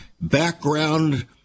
background